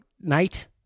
night